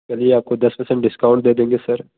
चलिए आपको दस परसेंट डिस्काउंट दे देंगे सर